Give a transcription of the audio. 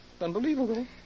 Unbelievable